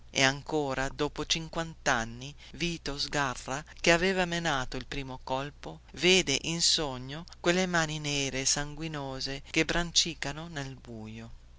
e ancora dopo cinquantanni vito sgarra che aveva menato il primo colpo vede in sogno quelle mani nere e sanguinose che brancicano nel buio